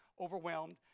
overwhelmed